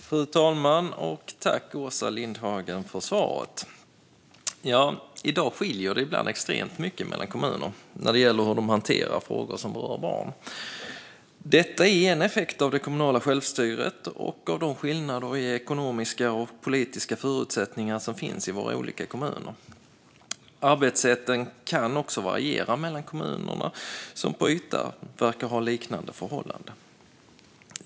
Fru talman! Tack, Åsa Lindhagen, för svaret! I dag skiljer det ibland extremt mycket mellan kommuner när det gäller hur de hanterar frågor som rör barn. Det är en effekt av det kommunala självstyret och av de skillnader i ekonomiska och politiska förutsättningar som finns i våra olika kommuner. Arbetssätten kan också variera mellan kommuner som på ytan verkar ha liknande förhållanden.